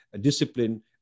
discipline